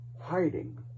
hiding